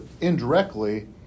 indirectly